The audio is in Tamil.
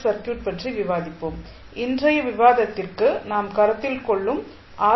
சர்க்யூட் பற்றி விவாதிப்போம் இன்றைய விவாதத்திற்கு நாம் கருத்தில் கொள்ளும் ஆர்